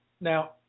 now